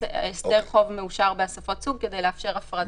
הסדר חוב מאושר באספות סוג כדי לאפשר הפרדה.